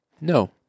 no